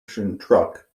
truck